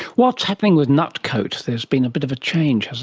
what's happening with nutcote? there has been a bit of a change, has